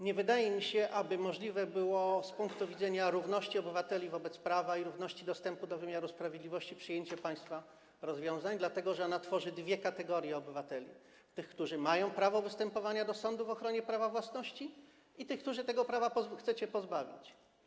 Nie wydaje mi się, aby możliwe było z punktu widzenia równości obywateli wobec prawa i równości dostępu do wymiaru sprawiedliwości przyjęcie państwa rozwiązań, dlatego że one tworzą dwie kategorie obywateli: tych, którzy mają prawo występowania do sądu w ochronie prawa własności, i tych, których tego prawa chcecie pozbawić.